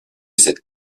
cette